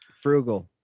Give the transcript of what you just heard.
frugal